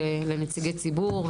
ולנציגי ציבור,